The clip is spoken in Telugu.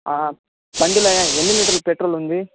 బండిలో ఎన్ని లీటర్ల పెట్రోల్ ఉంది